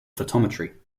photometry